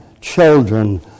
children